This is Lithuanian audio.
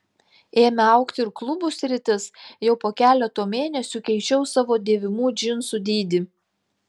ėmė augti ir klubų sritis jau po keleto mėnesių keičiau savo dėvimų džinsų dydį